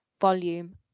volume